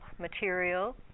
material